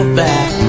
back